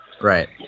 Right